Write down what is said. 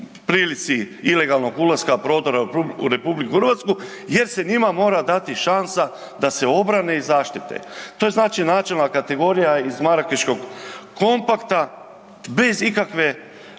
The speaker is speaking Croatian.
prilici ilegalnog ulaska, prodora u RH jer se njima mora dati šansa da se obrane i zaštite. To je znači načelna kategorija iz Marakeškog kompakta bez ikakve